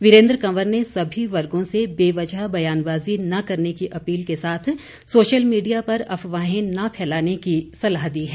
वीरेन्द्र कंवर ने सभी वर्गों से बेवजह बयानबाजी न करने की अपील के साथ सोशल मीडिया पर अफवाहें न फैलाने की सलाह दी है